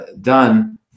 done